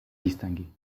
distingués